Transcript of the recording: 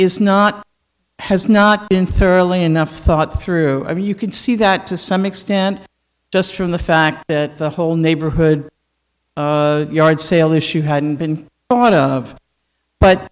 is not has not been thoroughly enough thought through i mean you can see that to some extent just from the fact that the whole neighborhood yard sale issue hadn't been thought of but